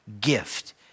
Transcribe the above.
gift